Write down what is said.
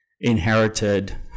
inherited